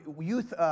Youth